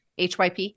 HYP